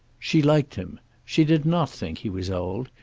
she liked him. she did not think he was old.